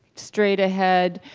straight ahead,